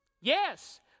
Yes